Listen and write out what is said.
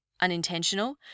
unintentional